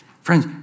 friends